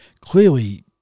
clearly